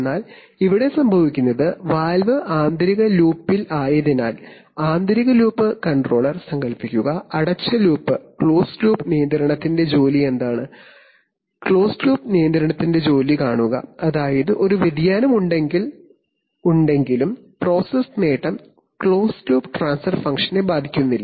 എന്നാൽ ഇവിടെ സംഭവിക്കുന്നത് വാൽവ് ആന്തരിക ലൂപ്പിലായതിനാൽ ആന്തരിക ലൂപ്പ് കൺട്രോളർ സങ്കൽപ്പിക്കുക അടച്ച ലൂപ്പ് നിയന്ത്രണത്തിന്റെ ജോലി എന്താണ് അടച്ച ലൂപ്പ് നിയന്ത്രണത്തിന്റെ ജോലി കാണുക അതായത് ഒരു വ്യതിയാനം ഉണ്ടെങ്കിലും പ്രോസസ്സ് നേട്ടം ക്ലോസ്ഡ് ലൂപ്പ് ട്രാൻസ്ഫർ ഫംഗ്ഷനെ ബാധിക്കില്ല